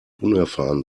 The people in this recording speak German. unerfahren